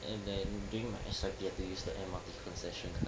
and then during my S_I_P I had to use the M_R_T concession card